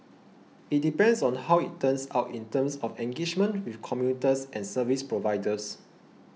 it depends on how it turns out in terms of engagement with commuters and service providers